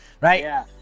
Right